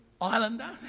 Islander